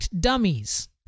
dummies